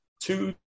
two